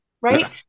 right